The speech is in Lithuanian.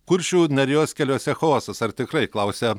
kuršių nerijos keliuose chaosas ar tikrai klausia